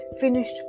finished